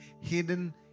hidden